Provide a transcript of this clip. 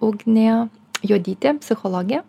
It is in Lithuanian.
ugnė juodytė psichologė